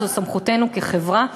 זו סמכותנו כחברה,